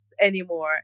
anymore